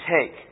take